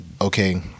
okay